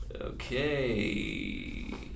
Okay